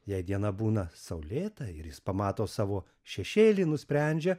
jei diena būna saulėta ir jis pamato savo šešėlį nusprendžia